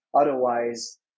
otherwise